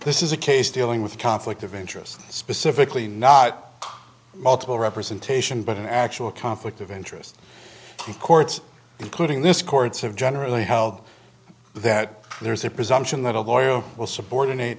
this is a case dealing with conflict of interest specifically not multiple representation but an actual conflict of interest the courts including this courts have generally held that there is a presumption that a lawyer will subordinate